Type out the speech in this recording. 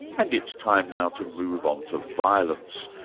and it's time now to move on to violence,